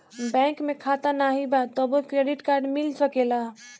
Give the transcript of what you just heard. Bank में खाता नाही बा तबो क्रेडिट कार्ड मिल सकेला?